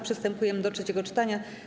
Przystępujemy do trzeciego czytania.